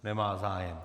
Nemá zájem?